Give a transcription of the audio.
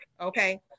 okay